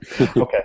Okay